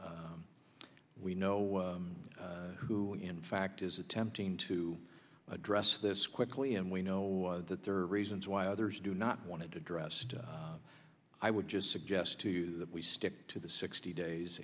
and we know who in fact is attempting to address this quickly and we know that there are reasons why others do not want to address it i would just suggest to you that we stick to the sixty days